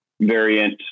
variant